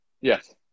Yes